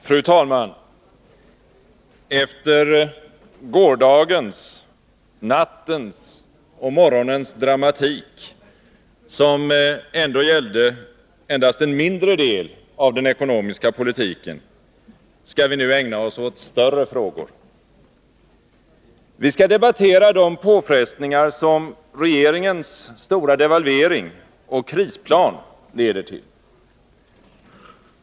Fru talman! Efter gårdagens, nattens och morgonens dramatik, som ändå gällde endast en mindre del av den ekonomiska politiken, skall vi nu ägna oss åt större frågor. Vi skall debattera de påfrestningar som regeringens stora devalvering och krisplan leder till.